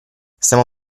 stiamo